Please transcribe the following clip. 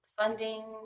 funding